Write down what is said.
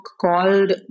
called